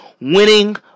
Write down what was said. winning